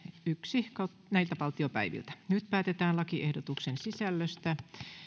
yksi nyt päätetään lakiehdotuksen sisällöstä